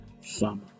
summer